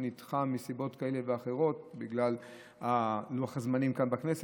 שנדחה מסיבות כאלה ואחרות בגלל לוח הזמנים כאן בכנסת,